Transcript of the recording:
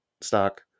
stock